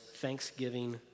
Thanksgiving